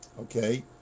Okay